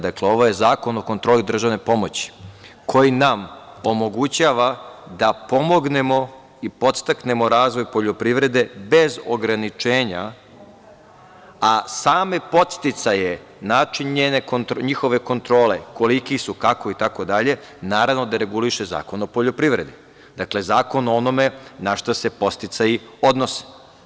Dakle, ovo je Zakon o kontroli državne pomoći koji nam omogućava da pomognemo i podstaknemo razvoj poljoprivrede bez ograničenja, a same podsticaje, način njihove kontrole, koliki su, kakvi itd, naravno da reguliše Zakon o poljoprivredi, dakle, zakon o onome na šta se podsticaji odnose.